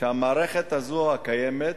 שהמערכת הקיימת,